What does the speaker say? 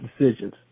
decisions